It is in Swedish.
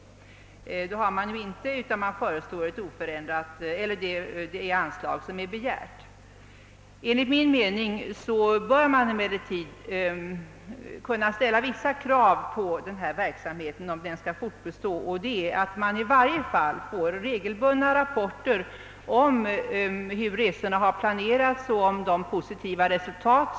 Det har det inte gjort, utan det föreslår det anslag som är begärt. Enligt min mening bör man emellertid kunna ställa vissa krav på denna verksamhet om den skall få bestå, nämligen att man i varje fall får regelbundna rapporter om hur resorna har planerats och om de givit positiva resultat.